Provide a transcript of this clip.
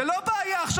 זאת לא בעיה עכשיו,